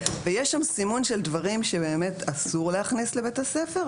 ויש שם סימון של דברים שבאמת אסור להכניס לבית הספר,